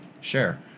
share